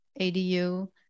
ADU